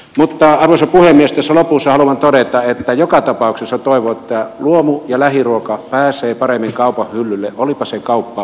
mutta arvoisa puhemies tässä lopussa haluan todeta että joka tapauksessa toivon että luomu ja lähiruoka pääsee paremmin kaupan hyllylle olipa se kauppa mikä tahansa